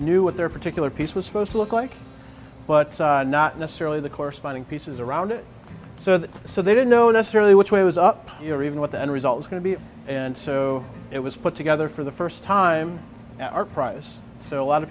knew what their particular piece was supposed to look like but not necessarily the corresponding pieces around it so that so they don't know necessarily which way was up your even what the end result was going to be and so it was put together for the first time our prize so a lot